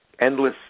endless